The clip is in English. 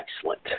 excellent